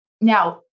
Now